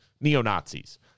neo-Nazis